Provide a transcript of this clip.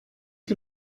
que